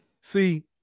see